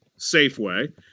Safeway